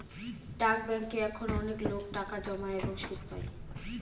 ডাক ব্যাঙ্কে এখন অনেকলোক টাকা জমায় এবং সুদ পাই